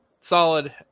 solid